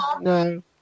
No